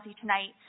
tonight